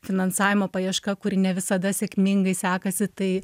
finansavimo paieška kuri ne visada sėkmingai sekasi tai